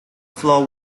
flow